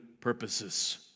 purposes